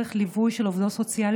דרך ליווי של עובדות סוציאליות,